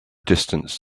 distance